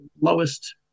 lowest